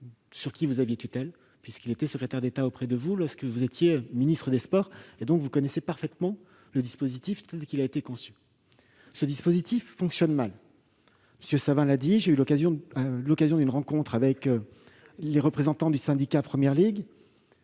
sur lequel vous aviez une tutelle, puisqu'il était votre secrétaire d'État lorsque vous étiez ministre des sports. Vous connaissez donc parfaitement le dispositif tel qu'il a été conçu. Or ce dispositif fonctionne mal. M. Savin l'a dit, à l'occasion d'une rencontre avec les représentants du syndicat Première Ligue,